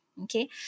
okay